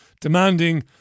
demanding